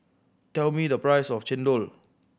tell me the price of chendol